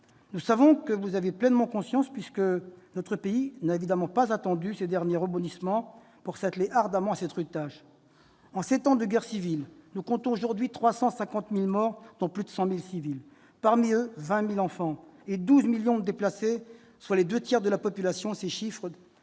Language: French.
Nous savons que vous en avez pleinement conscience, puisque notre pays n'a évidemment pas attendu ces derniers rebondissements pour s'atteler ardemment à cette rude tâche. En sept ans de guerre civile, nous comptons aujourd'hui 350 000 morts, dont plus de 100 000 civils- parmi eux, 20 000 enfants -, et 12 millions de déplacés, soit les deux tiers de la population. Ces chiffres